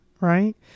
right